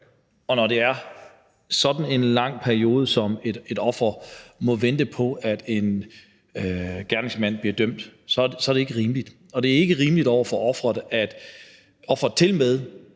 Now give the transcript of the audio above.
og når det er en så lang periode, hvor et offer må vente på, at en gerningsmand bliver dømt, så er det ikke rimeligt, og det er ikke rimeligt over for offeret,